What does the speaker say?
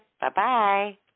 Bye-bye